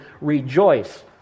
rejoice